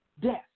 death